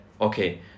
okay